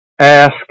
Ask